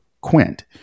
Quint